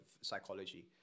psychology